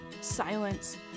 silence